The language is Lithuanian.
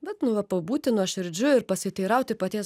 bet nu va pabūti nuoširdžiu ir pasiteirauti paties